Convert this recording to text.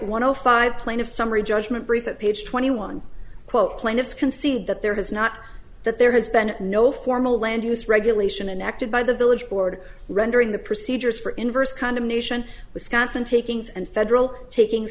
one o five plaintiffs summary judgment brief a page twenty one quote plaintiffs concede that there has not that there has been no formal land use regulation and acted by the village board rendering the procedures for inverse condemnation wisconsin takings and federal taking